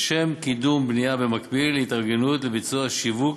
לשם קידום בנייה במקביל להתארגנות לביצוע שיוך